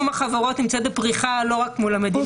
החברות נמצאת בפריחה לא רק מול המדינה.